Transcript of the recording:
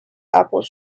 apple